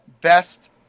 best